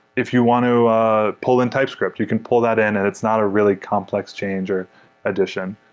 if you want to ah pull in typescript, you can pull that in, and it's not a really complex change or addition.